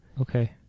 Okay